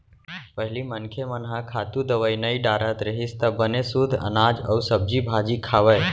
पहिली मनखे मन ह खातू, दवई नइ डारत रहिस त बने सुद्ध अनाज अउ सब्जी भाजी खावय